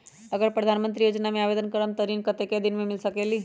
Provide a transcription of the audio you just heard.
अगर प्रधानमंत्री योजना में आवेदन करम त ऋण कतेक दिन मे मिल सकेली?